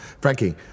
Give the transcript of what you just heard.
Frankie